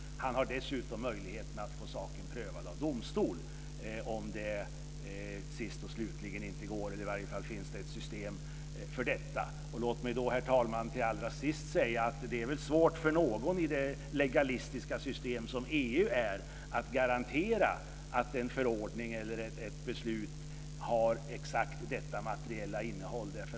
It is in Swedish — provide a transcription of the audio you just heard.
Han har dessutom möjlighet att få saken prövad av domstol, om det sist och slutligen inte går. I varje fall finns det ett system för detta. Låt mig då, herr talman, allra sist säga att det väl är svårt för någon i det legalistiska system som EU är att garantera att en förordning eller ett beslut har exakt detta materiella innehåll.